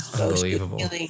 Unbelievable